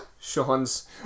Sean's